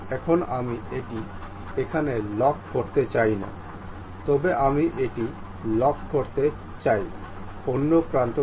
এখন আমি এটি এখানে লক করতে চাই না তবে আমি এটি লক করতে চাই অন্য প্রান্ত থেকে